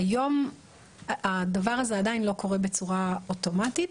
היום הדבר הזה עדיין לא קורה בצורה אוטומטית.